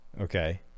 okay